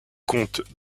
compte